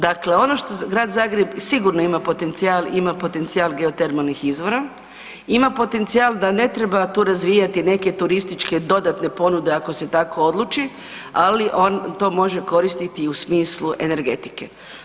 Dakle, ono što grad Zagreb sigurno ima potencijal ima potencijal geotermalnih izvora, ima potencijal da ne treba tu razvijati neke turističke dodatne ponude ako se tako odluči ali on to može koristiti i u smislu energetike.